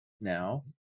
now